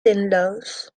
zinloos